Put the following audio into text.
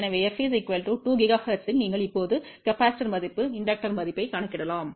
எனவே f 2 GHz இல் நீங்கள் இப்போது மின்தேக்கியின் மதிப்பு தூண்டியின் மதிப்பைக் கணக்கிடலாம்